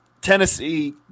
Tennessee